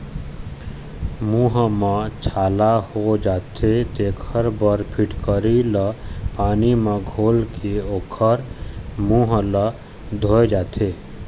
मूंह म छाला हो जाथे तेखर बर फिटकिरी ल पानी म घोलके ओखर मूंह ल धोए जाथे